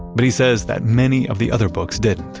but he says that many of the other books didn't.